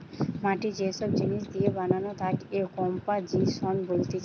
মাটি যে সব জিনিস দিয়ে বানানো তাকে কম্পোজিশন বলতিছে